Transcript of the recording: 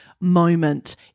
moment